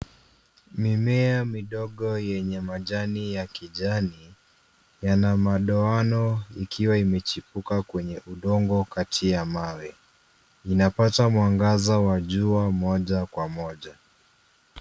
Mimea midogo yenye majani ya kijani yana madoano ikiwa imechipuka kwenye udongo kati ya mawe. Inapata mwangaza wa jua moja kwa moja.